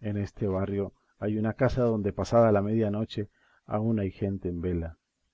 en este barrio hay una casa donde pasada la medianoche aún hay gente en vela